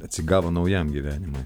atsigavo naujam gyvenimui